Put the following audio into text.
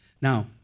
now